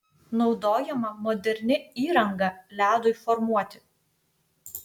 naudojama moderni įranga ledui formuoti